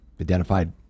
identified